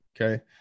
okay